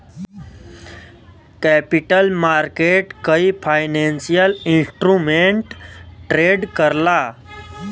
capital market कई financial instrument trade करला